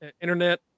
internet